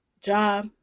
job